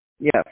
Yes